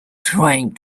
trying